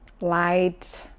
light